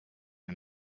and